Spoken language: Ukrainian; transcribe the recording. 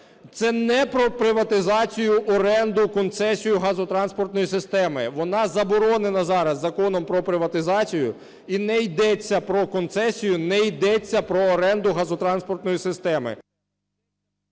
Це не про приватизацію, оренду, концесію газотранспортної системи, вона заборонена зараз Законом про приватизацію, і не йдеться про концесію, не йдеться про оренду газотранспортної системи.